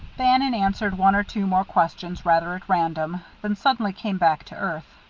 bannon answered one or two more questions rather at random, then suddenly came back to earth.